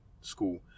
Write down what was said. school